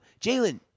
Jalen